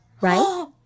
Right